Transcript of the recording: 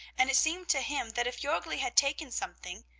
and it seemed to him that if jorgli had taken something,